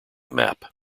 map